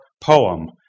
poem